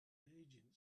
agent